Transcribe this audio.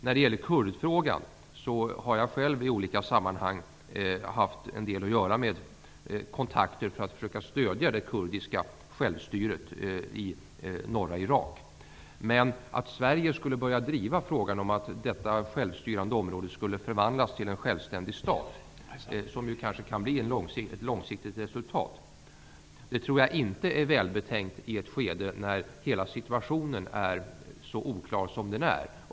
När det gäller kurdfrågan har jag i olika sammanhang haft en del kontakter för att försöka stödja det kurdiska självstyret i norra Irak. Men att Sverige skulle börja driva frågan om att detta självstyrande område skulle förvandlas till en självständig stat, tror jag inte är välbetänkt i ett skede då hela situationen är så oklar. Det kanske kan bli ett resultat på lång sikt.